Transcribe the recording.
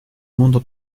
mundo